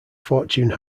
fortune